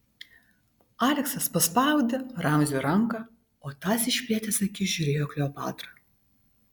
aleksas paspaudė ramziui ranką o tas išplėtęs akis žiūrėjo į kleopatrą